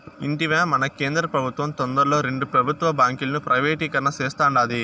ఇంటివా, మన కేంద్ర పెబుత్వం తొందరలో రెండు పెబుత్వ బాంకీలను ప్రైవేటీకరణ సేస్తాండాది